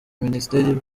minisiteri